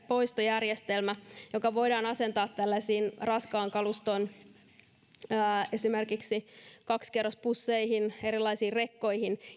poistojärjestelmä joka voidaan asentaa jälkikäteen tällaisiin raskaan kaluston esimerkiksi kaksikerrosbusseihin erilaisiin rekkoihin